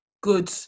Good